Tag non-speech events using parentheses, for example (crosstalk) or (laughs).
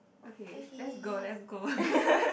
okay let's go let's go (laughs)